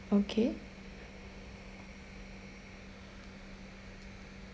okay